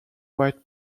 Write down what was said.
white